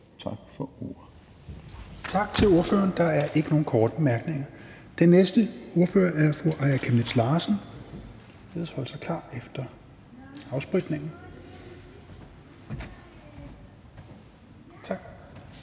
Petersen): Tak til ordføreren. Der er ikke nogen korte bemærkninger. Den næste ordfører er fru Aaja Chemnitz Larsen, der bedes holde sig klar efter en afspritning – tak.